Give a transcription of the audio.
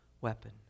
weapon